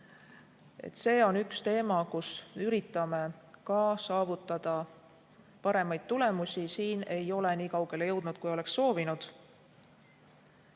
See on üks teema, kus me üritame saavutada paremaid tulemusi, siin ei ole nii kaugele jõudnud, kui oleks soovinud.